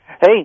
Hey